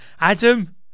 adam